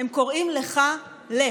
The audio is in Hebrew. הם קוראים לך "לך",